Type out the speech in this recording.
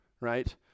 right